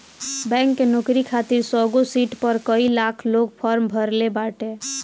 bank के नोकरी खातिर सौगो सिट पअ कई लाख लोग फार्म भरले बाटे